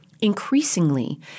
Increasingly